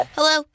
Hello